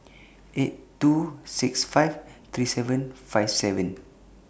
eight two six five three seven five seven